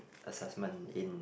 assessment in